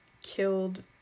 killed